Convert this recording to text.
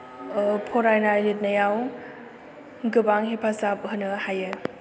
फरायनाय लिरनायाव गोबां हेफाजाब होनो हायो